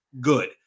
good